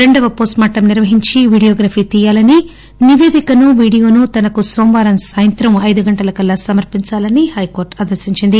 రెండవ పోస్టుమార్టం నిర్వహించి వీడియోగ్రఫీ తీయాలని నిపేదికను వీడియోను తనకు నోమవారం సాయంత్రం అయిదు గంటల కల్లా సమర్పించాలని హైకోర్టు ఆదేశించింది